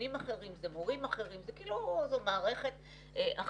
במבנים אחרים, זה מורים אחרים, זו מערכת אחרת.